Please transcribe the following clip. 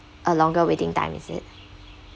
a longer waiting time is it